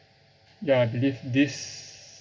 ya I believe this